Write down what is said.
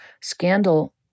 scandal